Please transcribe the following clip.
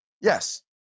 Yes